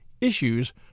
issues